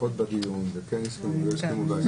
הפסקות בדיון וכן הסכימו או לא הסכימו.